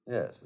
Yes